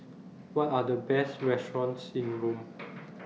What Are The Best restaurants in Rome